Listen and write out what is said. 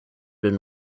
been